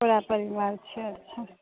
बड़ा परिवार छै अच्छा